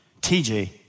TJ